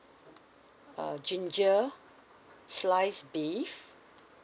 uh ginger sliced beef